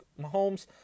Mahomes